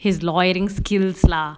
his lawyering skills lah